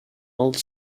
old